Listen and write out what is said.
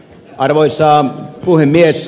olen otettu